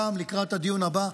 גם לקראת הדיון הבא,